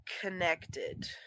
connected